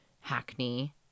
Hackney